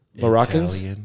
Moroccans